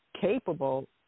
capable